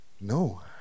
no